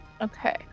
Okay